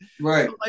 Right